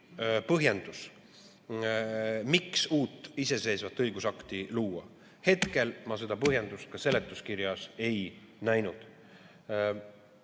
põhjendus, miks uut iseseisvat õigusakti luua. Hetkel ma seda põhjendust ka seletuskirjas ei näinud.